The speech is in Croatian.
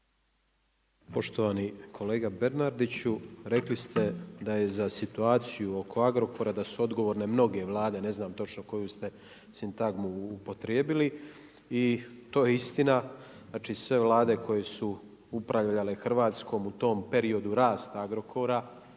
Poštovani kolega Bernardiću. Rekli ste da je za situaciju oko Agrokora da su odgovorne mnoge vlade, ne znam točnu koju ste sintagmu upotrijebili i to je istina. Znači sve vlade koje su upravljale Hrvatskom u tom periodu rasta Agrokora